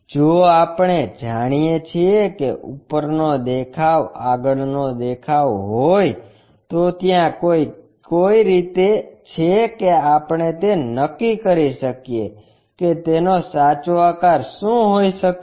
જો આપણે જાણીએ છીએ કે ઉપરનો દેખાવ આગળનો દેખાવ હોય તો ત્યાં કોઈ રીત છે કે આપણે તે નક્કી કરી શકીએ કે તેનો સાચો આકાર શું હોઈ શકે છે